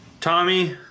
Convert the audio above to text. Tommy